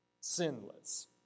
sinless